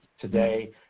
today